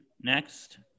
Next